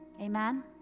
Amen